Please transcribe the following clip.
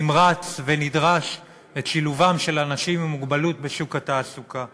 נמרץ ונדרש את שילובם של אנשים עם מוגבלות בשוק התעסוקה.